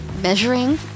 measuring